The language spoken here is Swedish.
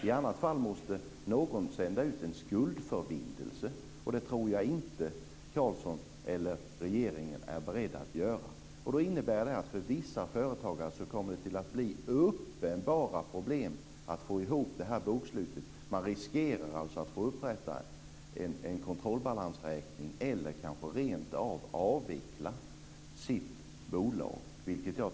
I annat fall måste någon sända ut en skuldförbindelse. Det tror jag inte att Carlsson eller regeringen är beredda att göra. För vissa företagare kommer det att bli uppenbara problem att få ihop bokslutet. Man riskerar att få upprätta en kontrollbalansräkning eller rentav avveckla bolaget.